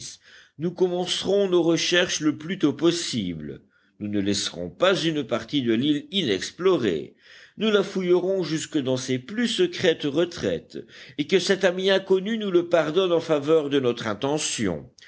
nous commencerons nos recherches le plus tôt possible nous ne laisserons pas une partie de l'île inexplorée nous la fouillerons jusque dans ses plus secrètes retraites et que cet ami inconnu nous le pardonne en faveur de notre intention